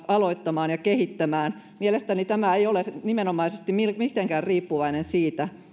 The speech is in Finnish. aloittamaan ja kehittämään mielestäni tämä ei ole nimenomaisesti mitenkään riippuvainen siitä